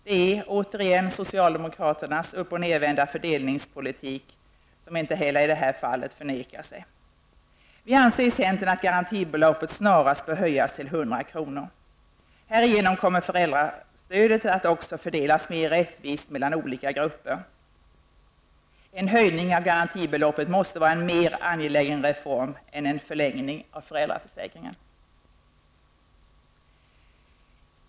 Det är återigen socialdemokraternas uppochnedvända fördelningspolitik, som inte heller i det här fallet förnekar sig. Centerpartiet anser att garantibeloppet snarast bör höjas till 100 kr. Härigenom kommer föräldrastödet att också fördelas mer rättvist mellan olika grupper. En höjning av garantibeloppet måste vara en mer angelägen reform än en förlängning av föräldraförsäkringen.